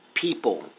people